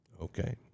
Okay